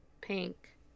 pink